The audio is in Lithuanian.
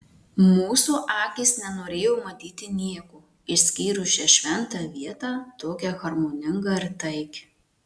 mūsų akys nenorėjo matyti nieko išskyrus šią šventą vietą tokią harmoningą ir taikią